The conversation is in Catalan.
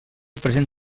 present